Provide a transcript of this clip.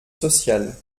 sociales